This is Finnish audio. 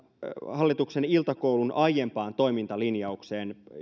hallituksen iltakoulun aiempaan toimintalinjaukseen